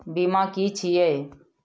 बीमा की छी ये?